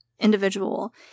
individual